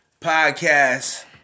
podcast